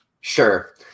sure